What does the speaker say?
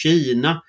Kina